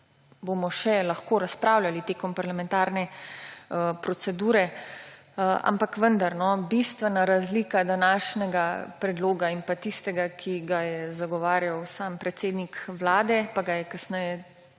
členov še lahko razpravljali tekom parlamentarne procedure. Ampak bistvena razlika današnjega predloga in pa tistega, ki ga je zagovarjal sam predsednik vlade, pa ga je kasneje